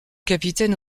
capitaine